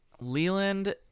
Leland